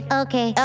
okay